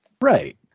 Right